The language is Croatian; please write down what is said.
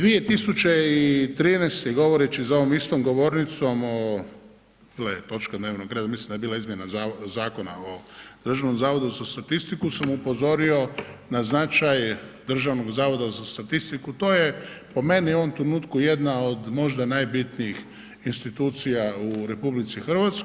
2013. govoreći za ovom istom govornicom o, bila je točka dnevnog reda, mislim da je bila izmjena Zakona o Državnom zavodu za statistiku sam upozorio na značaj Državnog zavoda za statistiku, to je po meni u ovom trenutku jedna od možda najbitnijih institucija u RH.